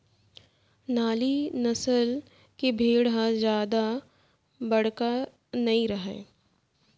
नाली नसल के भेड़ी ह जादा बड़का नइ रहय